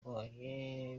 mbonye